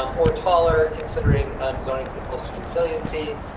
um or taller, considering um zoning for cost resiliency.